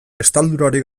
estaldurarik